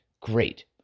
great